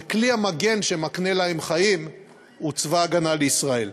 וכלי המגן שמקנה להם חיים הוא צבא הגנה לישראל.